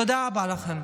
תודה רבה לכם.